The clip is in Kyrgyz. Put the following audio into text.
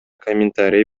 комментарий